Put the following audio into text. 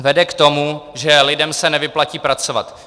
Vede k tomu, že lidem se nevyplatí pracovat.